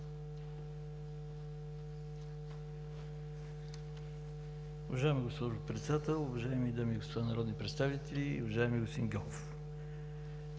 Уважаема госпожо Председател, уважаеми дами и господа народни представители, уважаеми господин